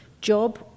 job